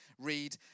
read